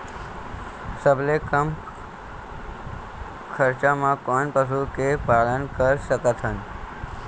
सबले कम खरचा मा कोन पशु के पालन कर सकथन?